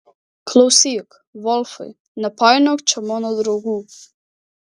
klausyk volfai nepainiok čia mano draugų